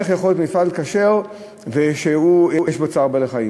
איך יכול להיות מפעל כשר ושיש בו צער בעלי-חיים.